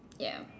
ya